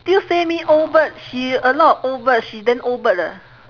still say me old bird she a lot old bird she then old bird leh